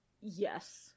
Yes